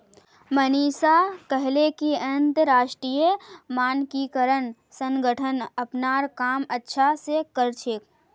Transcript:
मनीषा कहले कि अंतरराष्ट्रीय मानकीकरण संगठन अपनार काम अच्छा स कर छेक